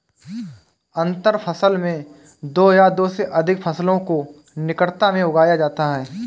अंतर फसल में दो या दो से अघिक फसलों को निकटता में उगाया जाता है